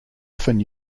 often